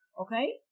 Okay